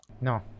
No